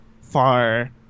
far